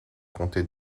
comptez